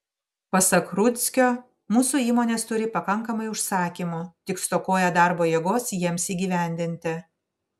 pasak rudzkio mūsų įmonės turi pakankamai užsakymų tik stokoja darbo jėgos jiems įgyvendinti